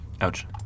Ouch